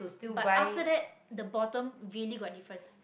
but after that the bottom really got difference